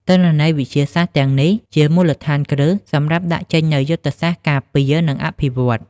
ទិន្នន័យវិទ្យាសាស្ត្រទាំងនេះជាមូលដ្ឋានគ្រឹះសម្រាប់ដាក់ចេញនូវយុទ្ធសាស្ត្រការពារ និងអភិវឌ្ឍន៍។